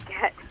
get